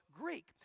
Greek